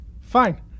Fine